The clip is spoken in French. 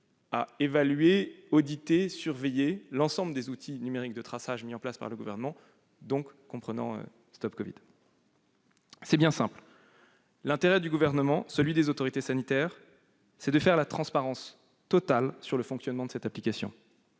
à évaluer, auditer et surveiller l'ensemble des outils numériques de traçage mis en place par le Gouvernement, dont StopCovid. C'est bien simple : l'intérêt du Gouvernement et des autorités sanitaires, c'est de faire la transparence totale sur le fonctionnement de cette application,